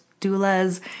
doulas